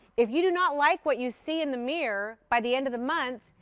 if you do not like what you see in the mirror, by the end of the month,